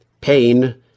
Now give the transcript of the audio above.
Pain